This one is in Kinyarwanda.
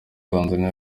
tanzaniya